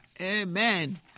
Amen